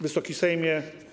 Wysoki Sejmie!